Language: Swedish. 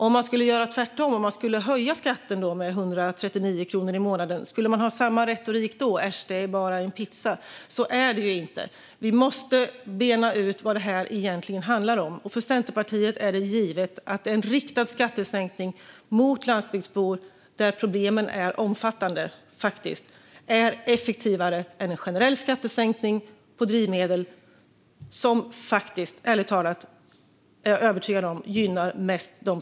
Om man skulle göra tvärtom och höja skatten med 139 kronor per månad, skulle det vara samma retorik då om att det bara handlar om en pizza? Så är det inte. Vi måste bena ut vad detta egentligen handlar om. För Centerpartiet är det givet att en riktad skattesänkning till landsbygdsbor, där problemen faktiskt är omfattande, är effektivare än en generell skattesänkning på drivmedel som, ärligt talat, mest gynnar dem som bor i staden.